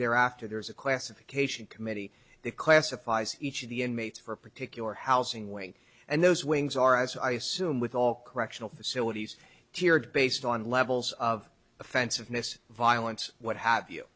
thereafter there's a question cation committee they classifies each of the inmates for a particular housing way and those wings are as i assume with all correctional facilities cheered based on levels of offensiveness violence what have you